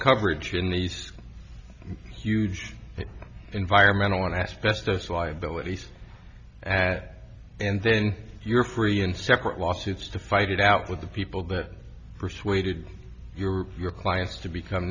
coverage in these huge environmental want to asbestos why abilities at and then you're free in separate lawsuits to fight it out with the people that persuaded your your clients to become